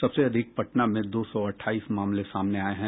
सबसे अधिक पटना से दो सौ अट्ठाईस मामले सामने आये हैं